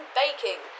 baking